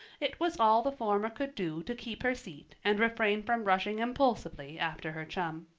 it was all the former could do to keep her seat and refrain from rushing impulsively after her chum.